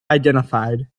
identified